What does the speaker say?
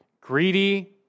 Greedy